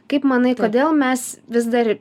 kaip manai kodėl mes vis dar